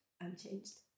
unchanged